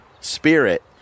spirit